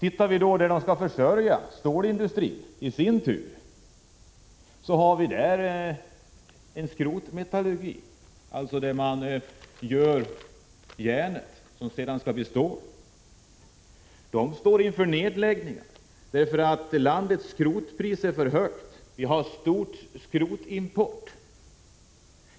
I den stålindustri som de skall försörja har vi en skrotmetallurgi, där man tar fram järnet som sedan skall bli stål, men den står inför nedläggning därför att landets skrotpris är för högt. Sverige har en stor skrotimport.